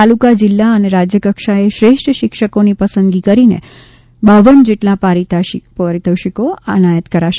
તાલુકા જિલ્લા અને રાજ્યકક્ષાએ શ્રેષ્ઠ શિક્ષકોની પસંદગી કરીને પર જેટલા પારિતોષિકો એનાયત કરાશે